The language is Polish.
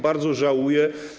Bardzo żałuję.